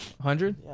hundred